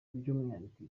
by’umwihariko